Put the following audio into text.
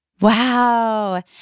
Wow